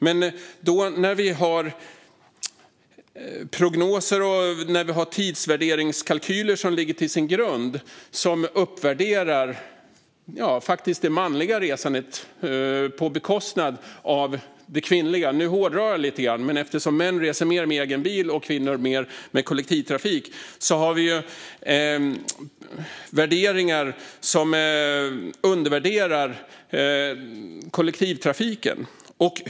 Men när vi då har prognoser och tidsvärderingskalkyler som uppvärderar det manliga resandet på bekostnad av det kvinnliga - jag hårdrar det lite, men män reser mer med egen bil och kvinnor mer med kollektivtrafik - undervärderar vi kollektivtrafiken i beräkningarna.